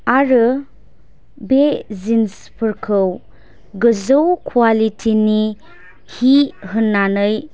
आरो बे जिन्स फोरखौ गोजौ क्वालिटि नि सि होननानै